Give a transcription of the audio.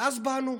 ואז באנו,